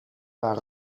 waar